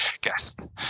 guest